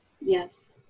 Yes